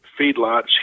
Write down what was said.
feedlots